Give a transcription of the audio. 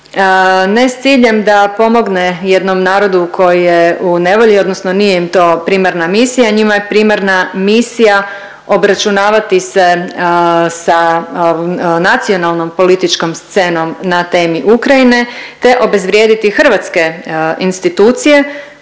ne s ciljem da pomogne jednom narodu koji je u nevolji odnosno nije im to primarna misija, njima je primarna misija obračunavati se sa nacionalnom političkom scenom na temi Ukrajine te obezvrijediti hrvatske institucije